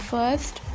First